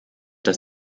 dass